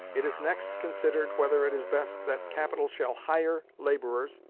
it is next considered whether it is best that capital shall hire laborers,